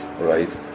right